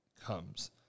comes